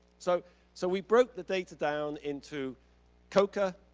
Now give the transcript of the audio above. so so we broke the data down into coca,